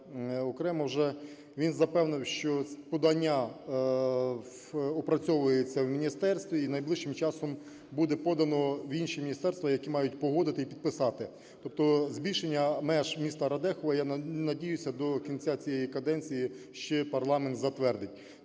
окремо вже, він запевнив, що подання опрацьовується в міністерстві і найближчим часом буде подано в інші міністерства, які мають погодити і підписати. Тобто збільшення меж міста Радехова, я надіюсь, до кінця цієї каденції ще парламент затвердить.